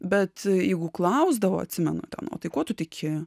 bet jeigu klausdavo atsimenu ten o tai kuo tu tiki